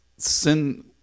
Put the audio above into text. Sin